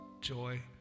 joy